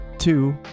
Two